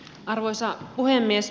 arvoisa puhemies